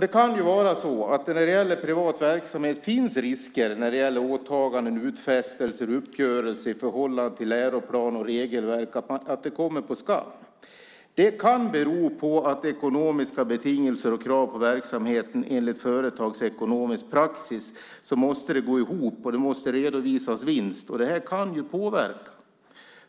Det kan vara så att med privat verksamhet finns risker att åtaganden, utfästelser och uppgörelser i förhållande till läroplan och regelverk kommer på skam. Det kan bero på att ekonomiska betingelser och krav på verksamheten enligt företagsekonomisk praxis måste gå ihop, och det måste redovisas vinst. Detta kan påverka.